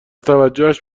توجهش